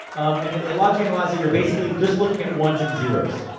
um and a logic analyzer, you're basically just looking at ones and zeroes.